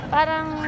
Parang